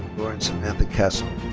lauren samantha kasson.